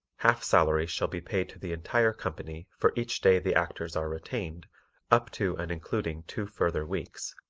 half salaries shall be paid to the entire company for each day the actors are retained up to and including two further weeks.